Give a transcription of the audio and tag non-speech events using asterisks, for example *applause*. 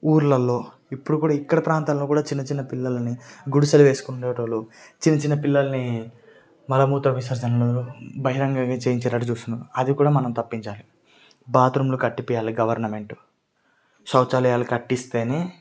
ఊళ్ళలో ఇప్పుడు కూడా ఇక్కడ ప్రాంతాల్లో కూడా చిన్న చిన్న పిల్లలని గుడిసెలు వేసుకునేవారు *unintelligible* చిన్న చిన్న పిల్లల్ని మలమూత్ర విసర్జనలు బహిరంగంగా చేయించేటట్లు చూస్తున్నారు అది కూడా మనం తప్పించాలి బాత్రూంలు కట్టించాలి గవర్నమెంట్ సౌచాలయాలు కట్టిస్తేనే